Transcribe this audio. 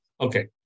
okay